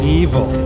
evil